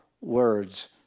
words